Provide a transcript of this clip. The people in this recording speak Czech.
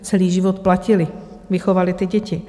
Celý život platili, vychovali ty děti.